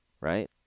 right